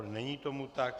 Není tomu tak.